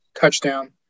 touchdown